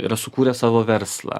yra sukūrę savo verslą